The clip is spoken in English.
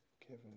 Kevin